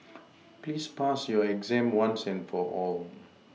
please pass your exam once and for all